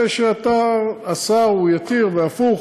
הפה שאסר הוא יתיר והפוך.